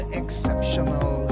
exceptional